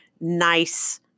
nice